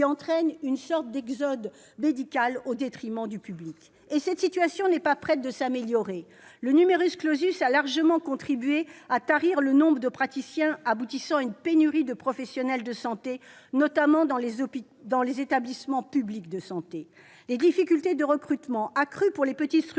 qui entraîne une sorte d'exode médical au détriment du secteur public. Et cette situation n'est pas près de s'améliorer ! Le a largement contribué à tarir le nombre de praticiens, aboutissant à une pénurie de professionnels de santé, notamment dans les établissements publics de santé. Les difficultés de recrutement, accrues pour les petites structures,